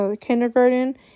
kindergarten